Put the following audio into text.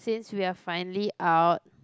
since we are finally out